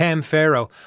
Pharaoh